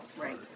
Right